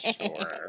Sure